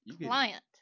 client